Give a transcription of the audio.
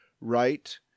right